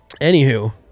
Anywho